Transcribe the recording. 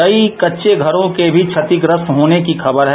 कई कच्चे घरों के भी क्षतिग्रस्त होने की खबर है